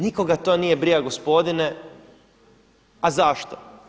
Nikoga to nije briga gospodine a zašto?